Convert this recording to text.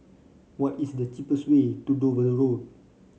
what is the cheapest way to Dover Road